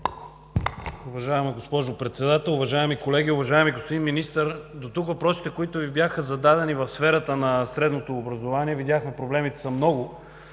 Уважаема госпожо Председател, уважаеми колеги, уважаеми господин Министър! Дотук въпросите, които Ви бяха зададени в сферата на средното образование – видяхме проблемите са много,